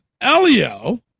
Elio